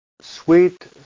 sweet